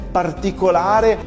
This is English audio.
particolare